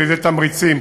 על-ידי תמריצים,